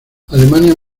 alemania